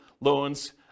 loans